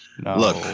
Look